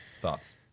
thoughts